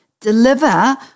deliver